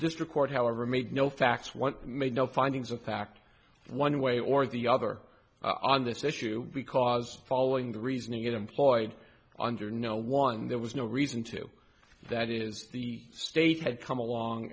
district court however made no facts one made no findings of fact one way or the other on this issue because following the reasoning employed under no one there was no reason to that is the state had come along